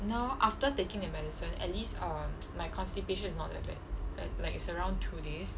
now after taking the medicine at least erm my constipation is not that bad like like it's around two days